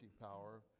power